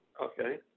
Okay